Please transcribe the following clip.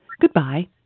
Goodbye